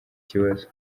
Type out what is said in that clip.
kibazo